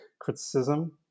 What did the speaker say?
criticism